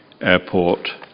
Airport